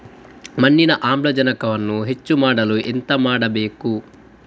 ಮಣ್ಣಿನಲ್ಲಿ ಆಮ್ಲಜನಕವನ್ನು ಹೆಚ್ಚು ಮಾಡಲು ಎಂತ ಮಾಡಬೇಕು?